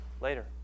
later